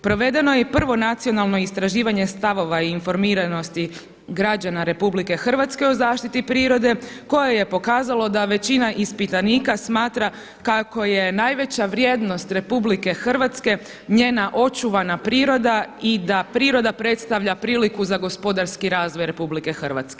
Provedeno je i prvo nacionalno istraživanje stavova i informiranosti građana RH o zaštiti prirode koje je pokazalo da većina ispitanika smatra kako je najveća vrijednost RH njena očuvana priroda i da priroda predstavlja priliku za gospodarski razvoj RH.